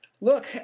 Look